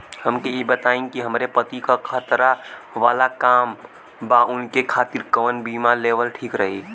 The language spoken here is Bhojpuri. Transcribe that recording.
हमके ई बताईं कि हमरे पति क खतरा वाला काम बा ऊनके खातिर कवन बीमा लेवल ठीक रही?